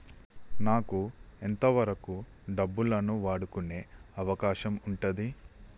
నాకు ఎంత వరకు డబ్బులను వాడుకునే అవకాశం ఉంటది?